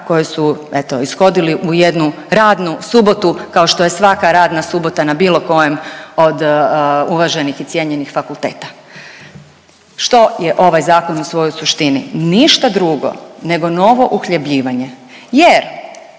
koji eto ishodili u jednu radnu subotu kao što je svaka radna subota na bilo kojem od uvaženih i cijenjenih fakulteta. Što je ovaj zakon u svojoj suštini? Nešto drugo nego novo uhljebljivanje jer